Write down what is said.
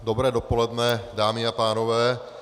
Dobré dopoledne, dámy a pánové.